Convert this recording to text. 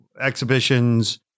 exhibitions